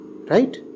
right